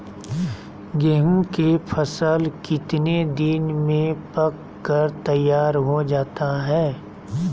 गेंहू के फसल कितने दिन में पक कर तैयार हो जाता है